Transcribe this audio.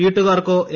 വീട്ടുകാർക്കോ A